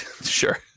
Sure